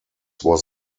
was